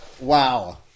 Wow